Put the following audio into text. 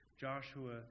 Joshua